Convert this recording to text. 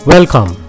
Welcome